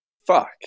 fuck